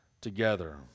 together